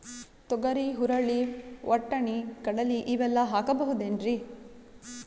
ತೊಗರಿ, ಹುರಳಿ, ವಟ್ಟಣಿ, ಕಡಲಿ ಇವೆಲ್ಲಾ ಹಾಕಬಹುದೇನ್ರಿ?